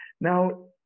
Now